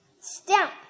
stamp